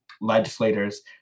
legislators